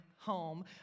Home